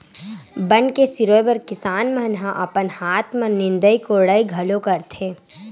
बन के सिरोय बर किसान मन ह अपन हाथ म निंदई कोड़ई घलो करथे